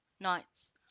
nights